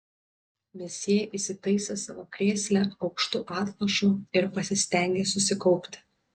mesjė įsitaisė savo krėsle aukštu atlošu ir pasistengė susikaupti